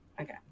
okay